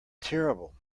terrible